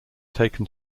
taken